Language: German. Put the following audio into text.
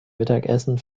mittagessen